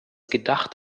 gedacht